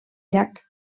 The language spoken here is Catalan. llac